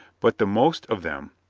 but the most of them,